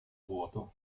vuoto